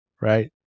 right